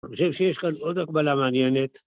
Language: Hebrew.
אני חושב שיש כאן עוד הקבלה מעניינת.